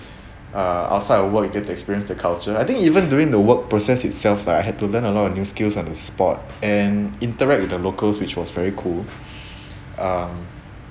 uh outside of work to get to experience the culture I think even during the work process itself lah I had to learn a lot of new skills on the spot and interact with the locals which was very cool um